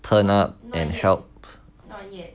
turn up and help